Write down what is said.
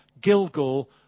Gilgal